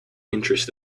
interest